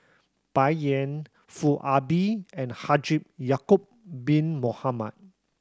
Bai Yan Foo Ah Bee and Haji Ya'acob Bin Mohamed